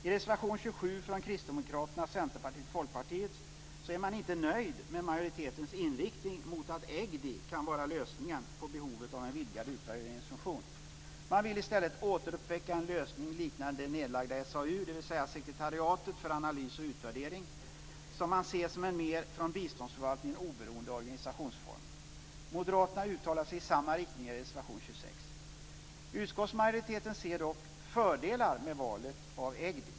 I reservation 27 från Kristdemokraterna, Centerpartiet och Folkpartiet är man inte nöjd med majoritetens inriktning mot att EGDI kan vara lösningen på behovet av en vidgad utvärderingsfunktion. Man vill i stället återuppväcka en lösning liknande det nedlagda SAU, dvs. Sekretariatet för analys och utvärdering, som man ser som en mer från biståndsförvaltningen oberoende organisationsform. Moderaterna uttalar sig i samma riktning i reservation 26. Utskottsmajoriteten ser dock fördelar med valet av EGDI.